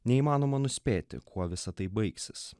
neįmanoma nuspėti kuo visa tai baigsis